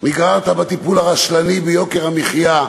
נגררת בטיפול הרשלני ביוקר המחיה,